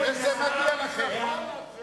זה מגיע לכם.